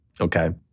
okay